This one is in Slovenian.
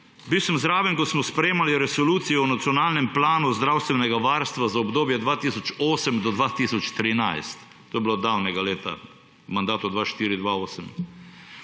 Bil sem zraven, ko smo sprejemali Resolucijo o nacionalnem planu zdravstvenega varstva 2008–2013. To je bilo davnega leta, v mandatu 2004–2008.